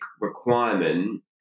requirement